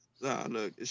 look